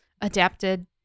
adapted